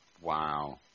Wow